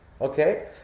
Okay